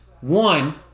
one